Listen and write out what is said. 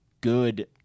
good